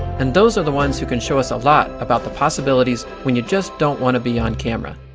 and those are the ones who can show us a lot about the possibilities when you just don't wanna be on camera.